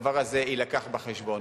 הדבר הזה יובא בחשבון,